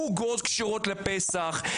עוגות כשרות לפסח,